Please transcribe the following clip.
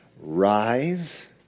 Rise